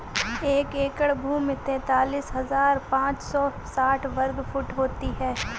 एक एकड़ भूमि तैंतालीस हज़ार पांच सौ साठ वर्ग फुट होती है